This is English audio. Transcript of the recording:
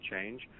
change